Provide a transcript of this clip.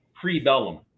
pre-bellum